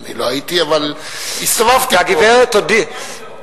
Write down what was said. אני לא הייתי, אבל הסתובבתי פה.